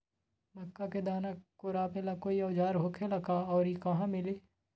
मक्का के दाना छोराबेला कोई औजार होखेला का और इ कहा मिली?